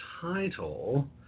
title